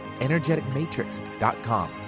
energeticmatrix.com